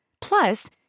Plus